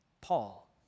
Paul